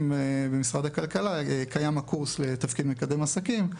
במשרד הכלכלה קיים קורס לתפקיד מקדם עסקים.